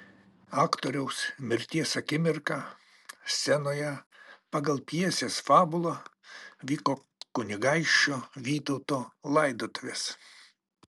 aktoriaus mirties akimirką scenoje pagal pjesės fabulą vyko kunigaikščio vytauto laidotuvės